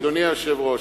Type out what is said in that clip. אדוני היושב-ראש,